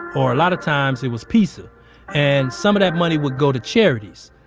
or a lot of times it was pizza and some of that money would go to charities.